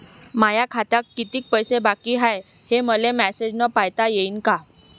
माया खात्यात कितीक पैसे बाकी हाय, हे मले मॅसेजन पायता येईन का?